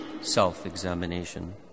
self-examination